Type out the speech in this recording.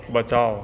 बचाउ